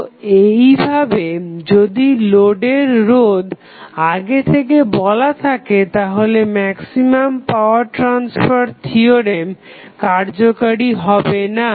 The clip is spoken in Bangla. তো এইভাবে যদি লোডের রোধ আগে থেকে বলা থাকে তাহলে ম্যাক্সিমাম পাওয়ার ট্রাসফার থিওরেম কার্যকরী হবে না